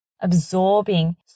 absorbing